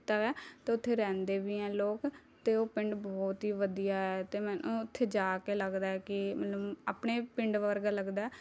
ਕੀਤਾ ਵਿਆ ਅਤੇ ਉੱਥੇ ਰਹਿੰਦੇ ਵੀ ਹੈ ਲੋਕ ਅਤੇ ਉਹ ਪਿੰਡ ਬਹੁਤ ਹੀ ਵਧੀਆ ਹੈ ਅਤੇ ਮੈਨੂੰ ਉੱਥੇ ਜਾ ਕੇ ਲੱਗਦਾ ਹੈ ਕਿ ਮਤਲਬ ਆਪਣੇ ਪਿੰਡ ਵਰਗਾ ਲੱਗਦਾ